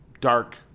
dark